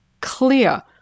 clear